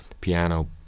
piano